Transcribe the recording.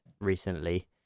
recently